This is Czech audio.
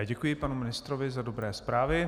Děkuji panu ministrovi za dobré zprávy.